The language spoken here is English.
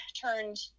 turned